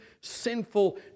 sinful